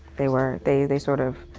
they were. they they sort of,